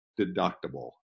deductible